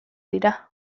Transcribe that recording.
dira